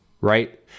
right